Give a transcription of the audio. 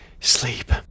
sleep